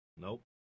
Nope